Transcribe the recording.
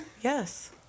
Yes